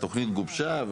התוכנית גובשה,